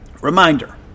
reminder